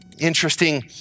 Interesting